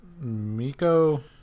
Miko